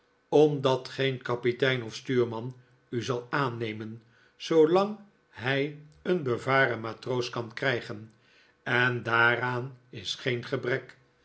omdat geen kapitein of stuurman u zal aannemen zoolang hij een bevaren matroos kan krijgen en daaraan is geen gebrek